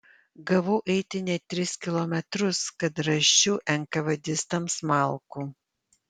gavau eiti net tris kilometrus kad rasčiau enkavedistams malkų